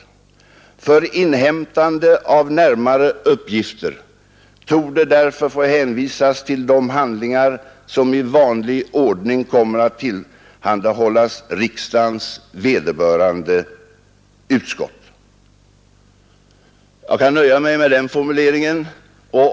För inhämtande av närmare uppgifter torde därför få hänvisas till de handlingar som i vanlig ordning kommer att tillhandahållas riksdagens vederbörande utskott.” Jag kan nöja mig med den formuleringen.